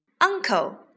Uncle